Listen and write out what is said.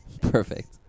Perfect